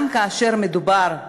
גם כאשר מדובר,